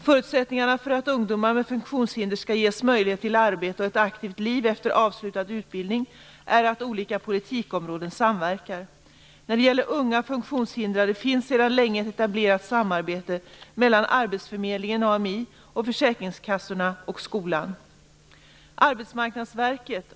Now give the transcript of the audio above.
Förutsättningarna för att ungdomar med funktionshinder skall ges möjlighet till arbete och ett aktivt liv efter avslutad utbildning är att olika politikområden samverkar. När det gäller unga funktionshindrade finns sedan länge ett etablerat samarbete mellan arbetsförmedlingen/AMI, försäkringskassorna och skolan.